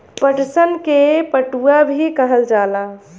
पटसन के पटुआ भी कहल जाला